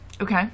Okay